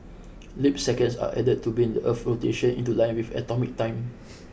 leap seconds are added to bring the Earth's rotation into line with atomic time